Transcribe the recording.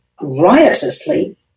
riotously